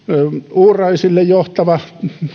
uuraisille johtava